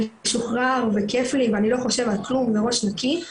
ומשוחרר וכיף לי ואני לא חושב על כלום וראש נקי.